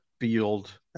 field